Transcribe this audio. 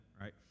Right